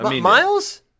Miles